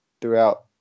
throughout